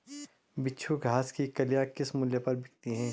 बिच्छू घास की कलियां किस मूल्य पर बिकती हैं?